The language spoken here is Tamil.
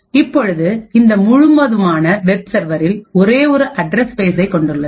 இப்பொழுது இந்த முழுவதுமான வெப் சர்வர் ஒரே ஒரு அட்ரஸ் ஸ்பேஸ்சை கொண்டுள்ளது